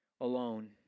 alone